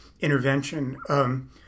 intervention